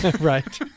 Right